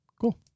Cool